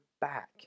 back